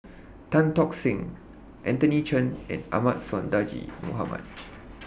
Tan Tock Seng Anthony Chen and Ahmad Sonhadji Mohamad